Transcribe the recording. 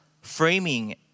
framing